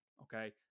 okay